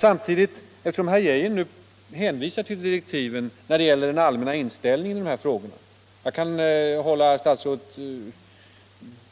Samtidigt vill jag, eftersom herr Geijer nu hänvisar till direktiven när det gäller den allmänna inställningen i dessa frågor, säga att